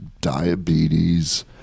diabetes